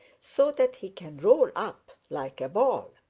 so that he can roll up like a ball.